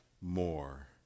more